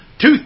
Two